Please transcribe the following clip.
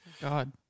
God